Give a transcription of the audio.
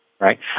right